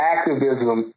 Activism